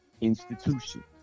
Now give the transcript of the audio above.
institution